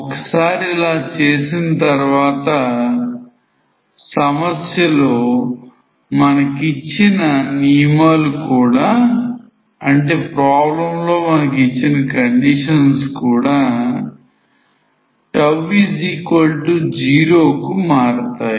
ఒకసారి ఇలా చేసిన తర్వాత సమస్య లో problemలోమనకు ఇచ్చిన నియమాలు కూడా τ0 కు మారతాయి